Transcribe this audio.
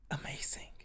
amazing